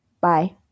Bye